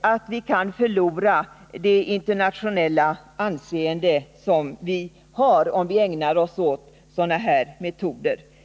att vi kan förlora vårt internationella anseende om vi ägnar oss åt att använda sådana metoder.